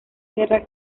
guerra